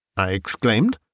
i exclaimed.